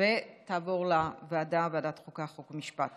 חוק ומשפט